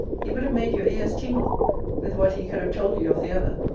he would have made your ears tingle with what he could have told you of the other.